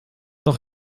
doch